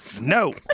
No